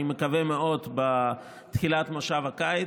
אני מקווה מאוד בתחילת מושב הקיץ.